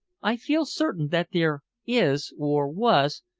i feel certain that there is, or was,